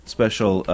special